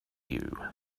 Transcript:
you